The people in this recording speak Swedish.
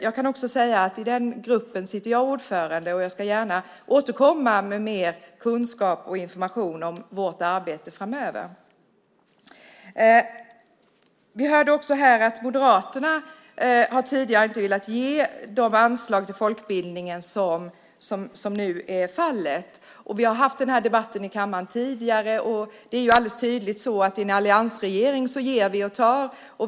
Jag kan nämna att jag sitter som ordförande i gruppen, och jag ska gärna återkomma med mer kunskap och information om vårt arbete framöver. Vi hörde att Moderaterna tidigare inte velat ge de anslag till folkbildningen som nu är fallet. Vi har haft den debatten i kammaren tidigare, och det är alldeles tydligt att vi i en alliansregering ger och tar.